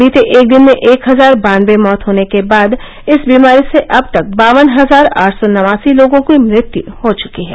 बीते एक दिन में एक हजार बानवे मौत होने के बाद इस बीमारी से अब तक बावन हजार आठ सौ नवासी लोगों की मृत्यु हो चुकी है